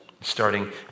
starting